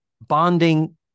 bonding